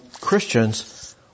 Christians